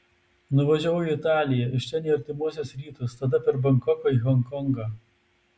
nuvažiavau į italiją iš ten į artimuosius rytus tada per bankoką į honkongą